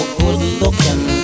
good-looking